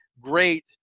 great